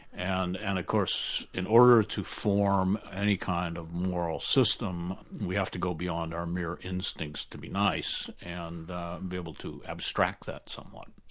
and and of course in order to form any kind of moral system we have to go beyond our mere instincts to be nice, and be able to abstract that somewhat.